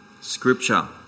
scripture